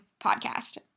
podcast